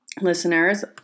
Listeners